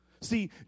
See